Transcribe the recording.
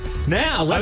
Now